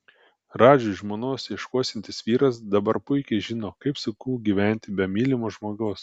radžiui žmonos ieškosiantis vyras dabar puikiai žino kaip sunku gyventi be mylimo žmogaus